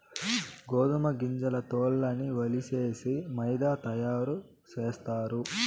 గోదుమ గింజల తోల్లన్నీ ఒలిసేసి మైదా తయారు సేస్తారు